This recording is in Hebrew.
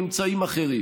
באמצעים אחרים?